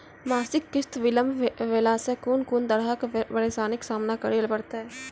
मासिक किस्त बिलम्ब भेलासॅ कून कून तरहक परेशानीक सामना करे परतै?